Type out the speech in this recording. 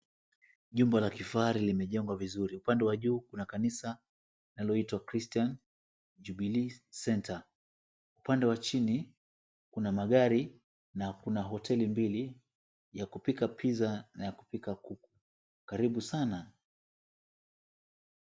Jumba la kifahari limejengwa vizuri. Upande wa juu kuna kanisa linaloitwa Christian Jubilee Center. Upande wa chini kuna magari na kuna hoteli mbili ya kupika pizza na ya kupika kuku karibu sana.